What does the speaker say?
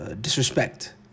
disrespect